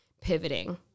pivoting